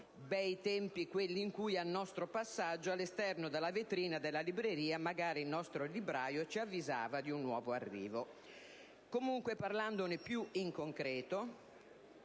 Bei tempi, quelli in cui, al nostro passaggio all'esterno della vetrina della libreria, il nostro libraio ci avvisava di un nuovo arrivo. Comunque, parlandone più in concreto,